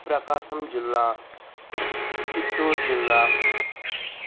ప్రకాశం జిల్లా చిత్తూరు జిల్లా